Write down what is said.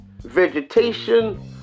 vegetation